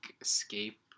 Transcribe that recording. escape